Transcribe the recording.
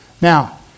Now